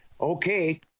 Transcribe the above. okay